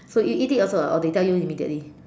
so you eat it also ah or they tell you immediately